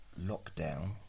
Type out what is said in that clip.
lockdown